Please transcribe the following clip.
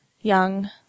young